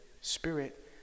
spirit